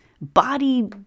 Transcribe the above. body